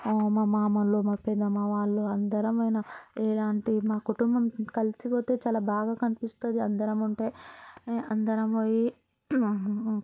మా మామాళ్ళు మా పెద్దమ్మ వాళ్ళు అందరం పోయినం ఇలా అంటే మా కుటుంబం కలిసి పోతే చాలా బాగా కనిపిస్తుంది అందరం ఉంటే అందరం పోయి